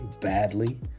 badly